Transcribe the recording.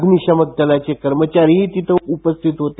अग्निशमन दलाचे कर्मचारीही तिथे उपस्थित होते